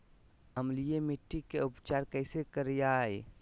अम्लीय मिट्टी के उपचार कैसे करियाय?